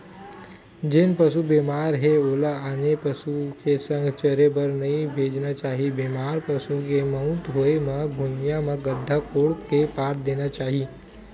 जेन पसु बेमार हे ओला आने पसु के संघ चरे बर नइ भेजना चाही, बेमार पसु के मउत होय म भुइँया म गड्ढ़ा कोड़ के पाट देना चाही